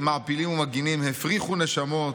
מעפילים ומגינים הפריחו נשמות,